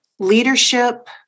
leadership